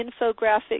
infographic